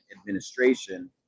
administration